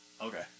Okay